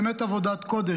באמת עבודת קודש.